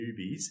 newbies